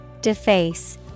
Deface